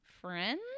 friends